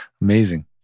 amazing